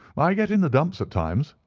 i get in the dumps at times,